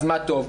אז מה טוב.